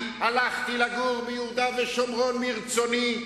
הלכתי לגור ביהודה ושומרון מרצוני,